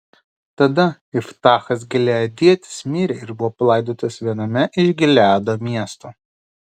tada iftachas gileadietis mirė ir buvo palaidotas viename iš gileado miestų